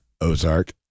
Ozark